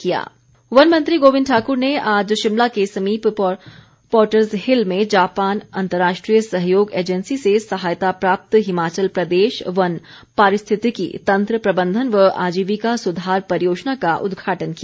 जायका परियोजना वन मंत्री गोबिंद ठाकुर ने आज शिमला के समीप पॉटर्सहिल में जापान अंतर्राष्ट्रीय सहयोग एंजेसी से सहायता प्राप्त हिमाचल प्रदेश वन पारिरिश्थितिकी तंत्र प्रबंधन व आजिविका सुधार परियोजना का उद्घाटन किया